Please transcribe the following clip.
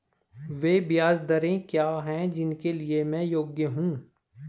वे ब्याज दरें क्या हैं जिनके लिए मैं योग्य हूँ?